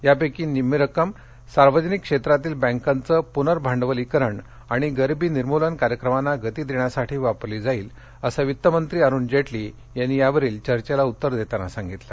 यापैकी निम्मी रक्कम सार्वजनिक क्षेत्रातील बँकांचं पुनर्भांडवलीकरण आणि गरीबी निर्मूलन कार्यक्रमांना गती देण्यासाठी वापरली जाईल असं वित्तमंत्री अरुण जेटली यांनी यावरील चर्चेला उत्तर देताना सांगितलं